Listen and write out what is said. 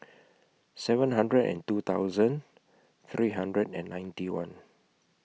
seven hundred and two hundred three hundred and ninety one